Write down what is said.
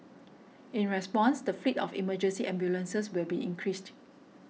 in response the fleet of emergency ambulances will be increased